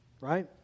right